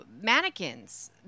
mannequins